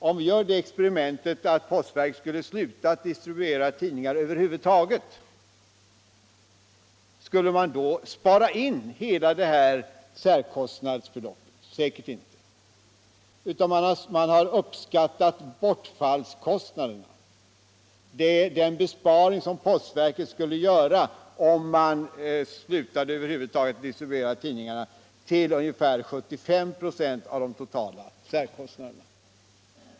Om vi gör det tankeexperimentet att postverket skulle sluta att distribuera tidningar över huvud taget, skulle man då spara in hela särkostnadsbeloppet? Säkerligen inte. Man har i stället uppskattat bortfallskostnaden — det är den besparing som postverket skulle göra om postverket slutade att över huvud taget distribuera tidningar — till ungefär 75 96 av de totala särkostnaderna.